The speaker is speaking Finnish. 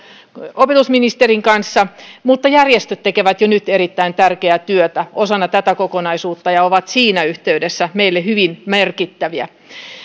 opetusministerin kanssa mutta järjestöt tekevät jo nyt erittäin tärkeää työtä osana tätä kokonaisuutta ja ovat siinä yhteydessä meille hyvin merkittäviä